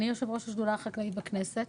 אני יושב ראש השדולה החקלאית בכנסת,